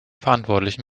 verantwortlichen